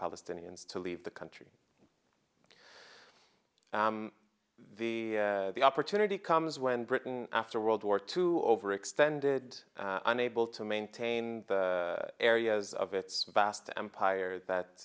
palestinians to leave the country the opportunity comes when britain after world war two overextended unable to maintain the areas of its vast empire that